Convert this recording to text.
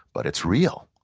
but it's real.